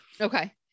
Okay